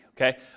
Okay